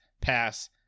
pass